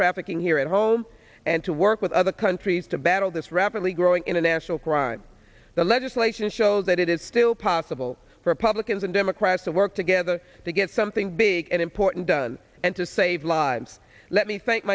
trafficking here at home and to work with other countries to battle this rapidly growing international crime the legislation shows that it is still possible for republicans and democrats to work together to get something big and important done and to save lives let me thank